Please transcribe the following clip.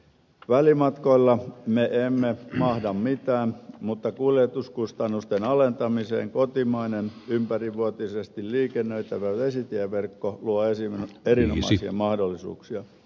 välimatkoille me emme mahda mitään mutta kuljetuskustannusten alentamiseen kotimainen ympärivuotisesti liikennöitävä vesitieverkko luo erinomaisia mahdollisuuksia